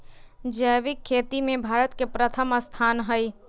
जैविक खेती में भारत के प्रथम स्थान हई